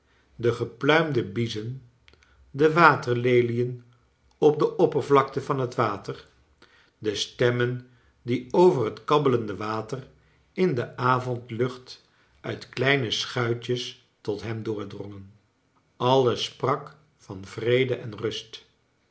de gepluimde biezen de waterlelien op de oppervlakte van het water de stemmen die over het kabbeiende water in de avondlucht nit kleine schuitjes tot hem doordrongen alles sprak van vrede en rust